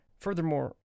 Furthermore